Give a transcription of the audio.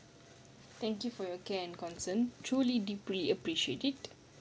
thank you for your care and concern truly deeply appreciate it